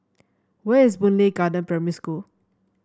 where is Boon Lay Garden Primary School